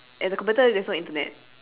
at the computer there's no internet